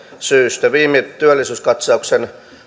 syystä viime työllisyyskatsauksen